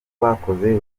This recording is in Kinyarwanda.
bakoze